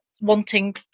wanting